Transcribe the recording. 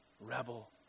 rebel